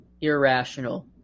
irrational